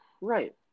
Right